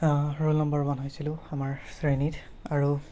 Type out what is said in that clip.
roll number one হৈছিলোঁ আমাৰ শ্ৰেণীত আৰু